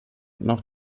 noch